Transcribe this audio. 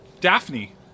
Daphne